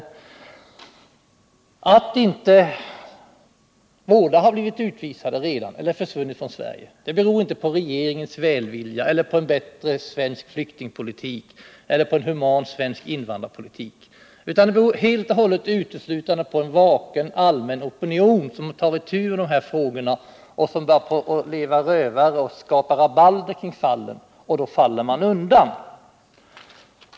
Det förhållandet att inte båda redan har blivit utvisade eller försvunnit från Sverige beror inte på regeringens välvilja eller på en bättre svensk flyktingpolitik eller på en human svensk invandrarpolitik. Det beror uteslutande på en vaken allmän opinion, som tar itu med de här frågorna och börjar leva rövare eller väcka rabalder kring fallen. För det faller man undan!